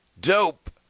Dope